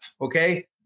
Okay